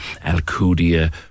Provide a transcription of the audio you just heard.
Alcudia